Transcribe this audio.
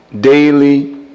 daily